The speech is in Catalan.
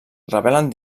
revelen